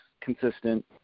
consistent